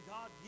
God